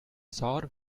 sour